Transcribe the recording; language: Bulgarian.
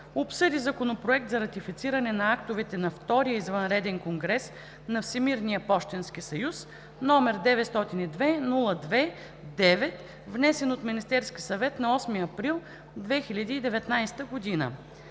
обсъди Законопроект за ратифициране на актовете на Втория извънреден конгрес на Всемирния пощенски съюз, № 902-02-9, внесен от Министерския съвет на 8 април 2019 г.